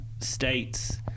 states